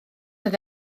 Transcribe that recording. oedd